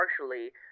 partially